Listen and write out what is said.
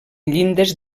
llindes